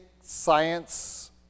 science